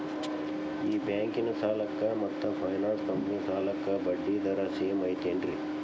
ಈ ಬ್ಯಾಂಕಿನ ಸಾಲಕ್ಕ ಮತ್ತ ಫೈನಾನ್ಸ್ ಕಂಪನಿ ಸಾಲಕ್ಕ ಬಡ್ಡಿ ದರ ಸೇಮ್ ಐತೇನ್ರೇ?